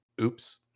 Oops